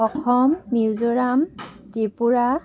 Assam Mizoram Tripura